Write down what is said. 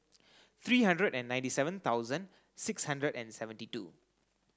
three hundred and ninety seven thousand six hundred and seventy two